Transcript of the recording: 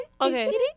Okay